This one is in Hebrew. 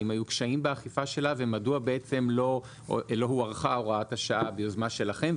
האם היו קשיים באכיפה שלה ומדוע בעצם לא הוארכה הוראת השעה ביוזמה שלכם,